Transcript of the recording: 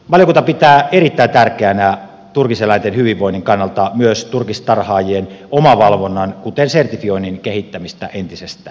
valiokunta pitää erittäin tärkeänä turkiseläinten hyvinvoinnin kannalta myös turkistarhaajien omavalvonnan kuten sertifioinnin kehittämistä entisestään